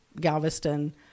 Galveston